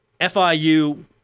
FIU